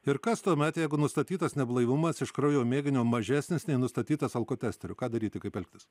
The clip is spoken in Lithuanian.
ir kas tuomet jeigu nustatytas neblaivumas iš kraujo mėginio mažesnis nei nustatytas alkotesteriu ką daryti kaip elgtis